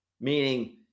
Meaning